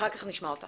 אחר כך נשמע אותך.